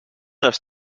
los